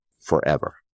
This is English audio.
forever